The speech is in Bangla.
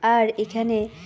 আর এখানে